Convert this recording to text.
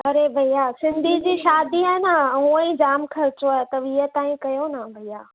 अड़े भैया सिंधी जी शादी आहे न हुंअ ई जामु ख़र्चो आहे त वीह ताईं कयो न भैया